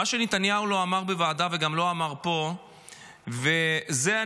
מה שנתניהו לא אמר בוועדה וגם לא אמר פה זה הנתונים,